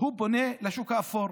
פונים לשוק האפור.